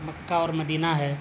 مکہ اور مدینہ ہے